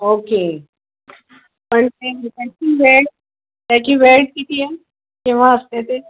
okay पण ते त्याची वेळ त्याची वेळ किती आहे केव्हा असते ते